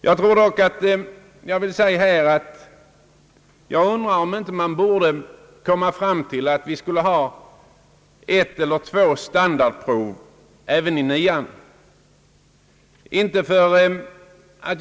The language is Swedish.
Jag undrar emellertid om vi inte borde ha ett eller två standardprov även i 9:an.